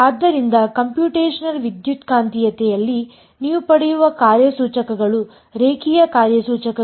ಆದ್ದರಿಂದ ಕಂಪ್ಯೂಟೇಶನಲ್ ವಿದ್ಯುತ್ಕಾಂತೀಯತೆಯಲ್ಲಿ ನೀವು ಪಡೆಯುವ ಕಾರ್ಯಸೂಚಕಗಳು ರೇಖೀಯ ಕಾರ್ಯಸೂಚಕಗಳು